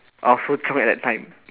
I was so drunk at that time